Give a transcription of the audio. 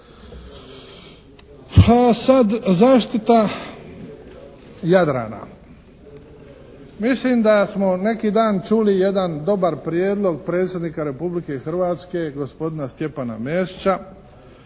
Pa sad, zaštita Jadrana. Mislim da smo neki dan čuli jedan dobar prijedlog Predsjednik Republike Hrvatske, gospodina Stjepana Mesića